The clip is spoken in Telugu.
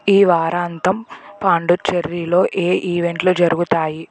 ఈ వారాంతం పాండిచ్చేరిలో ఏం ఈవెంట్లు జరుగుతాయి